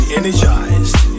energized